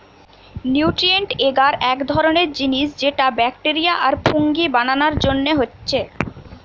nutrient এগার এক ধরণের জিনিস যেটা ব্যাকটেরিয়া আর ফুঙ্গি বানানার জন্যে হচ্ছে